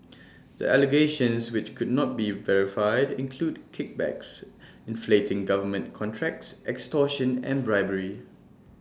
the allegations which could not be verified include kickbacks inflating government contracts extortion and bribery